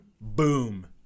boom